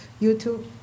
YouTube